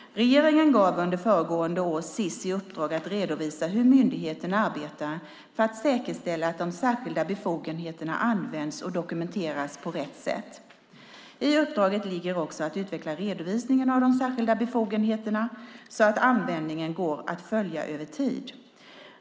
Regeringen gav under föregående år Sis i uppdrag att redovisa hur myndigheten arbetar för att säkerställa att de särskilda befogenheterna används och dokumenteras på rätt sätt. I uppdraget ligger också att utveckla redovisningen av de särskilda befogenheterna så att användningen går att följa över tid.